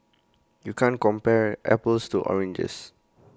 you can't compare apples to oranges